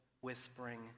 whispering